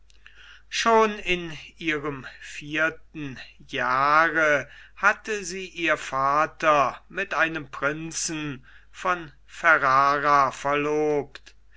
schon in ihrem vierten jahre hatte sie ihr vater mit einem prinzen von ferrara verlobt